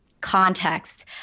context